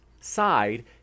side